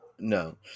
No